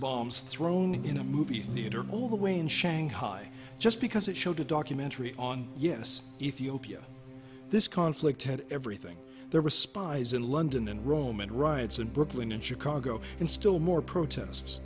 bombs thrown in a movie theater all the way in shanghai just because it showed a documentary on yes ethiopia this conflict had everything there were spies in london and rome and riots in brooklyn and chicago and still more protest